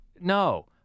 no